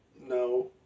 no